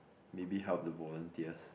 maybe help the volunteers